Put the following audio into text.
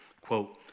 quote